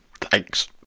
thanks